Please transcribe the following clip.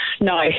No